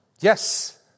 Yes